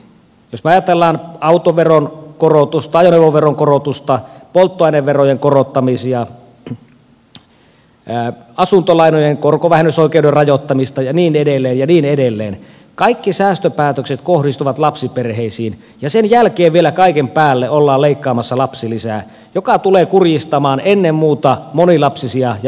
jos me ajattelemme autoveron korotusta ajoneuvoveron korotusta polttoaineverojen korottamisia asuntolainojen korkovähennysoikeuden rajoittamista ja niin edelleen ja niin edelleen kaikki säästöpäätökset kohdistuvat lapsiperheisiin ja sen jälkeen vielä kaiken päälle ollaan leikkaamassa lapsilisää joka tulee kurjistamaan ennen muuta monilapsisia ja yksinhuoltajaperheitä